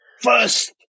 first